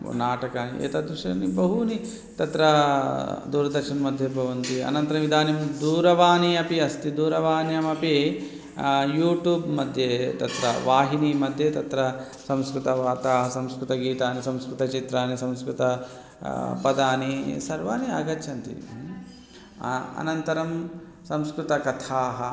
नाटकानि एतत् दृश्याणि बहूनि तत्र दूरदर्शनमध्ये भवन्ति अनन्तरम् इदानीम् दूरवाणीम् अपि अस्ति दूरवाण्यामपि यूटूब्मध्ये तस्य वाहिनीमध्ये तत्र संस्कृतवार्ता संस्कृतगीतानि संस्कृतचित्राणि संस्कृतपदानि सर्वाणि आगच्छन्ति अ अनन्तरं संस्कृतकथाः